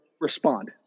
respond